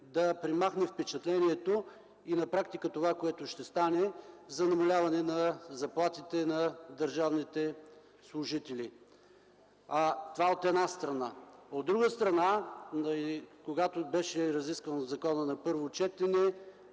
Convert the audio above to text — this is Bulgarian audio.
да премахне впечатлението и това, което на практика ще стане, за намаляване на заплатите на държавните служители. Това, от една страна. От друга страна, когато беше разискван законопроектът на първо четене,